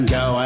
go